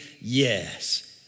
Yes